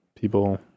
people